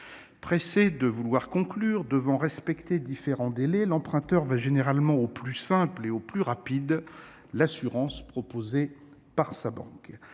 Pressé de vouloir conclure, devant respecter différents délais, l'emprunteur va généralement au plus simple et au plus rapide : l'assurance proposée par sa banque.